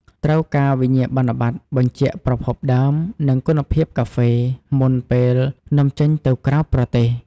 ត្រូវការវិញ្ញាបនបត្របញ្ជាក់ប្រភពដើម និងគុណភាពកាហ្វេ មុនពេលនាំចេញទៅក្រៅប្រទេស។